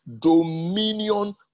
Dominion